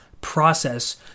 process